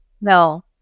No